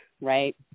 right